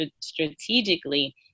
strategically